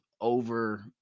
over